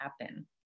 happen